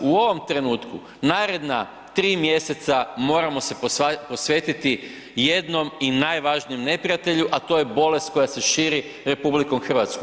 U ovom trenutku naredna 3 mj. moramo se posvetiti jednom i najvažnijem neprijatelju a to je bolest koja se širi RH.